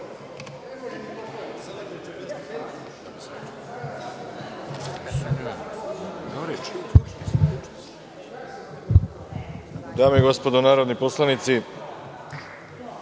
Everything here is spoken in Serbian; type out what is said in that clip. Dame i gospodo narodni poslanici,